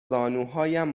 زانوهایم